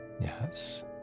yes